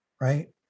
right